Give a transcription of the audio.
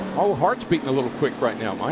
ah hearts beating a little quick right now, mike.